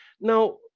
Now